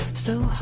so